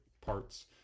parts